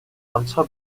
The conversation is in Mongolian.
онцгой